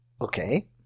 okay